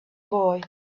boy